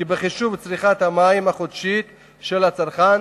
כי בחישוב צריכת המים החודשית של הצרכן